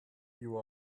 you